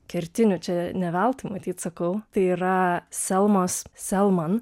kertinių čia ne veltui matyt sakau tai yra selmos selman